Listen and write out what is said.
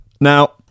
Now